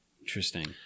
Interesting